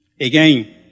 Again